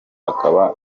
akaba